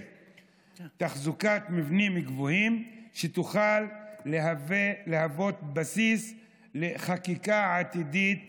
תחזוקת מבנים גבוהים שתוכל להוות בסיס לחקיקה עתידית